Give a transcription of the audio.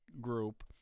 group